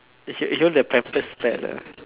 you you know the pampers fella